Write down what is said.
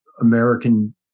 American